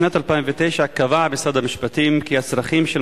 בשנת 2009 קבע משרד המשפטים כי הצרכים של